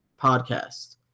podcast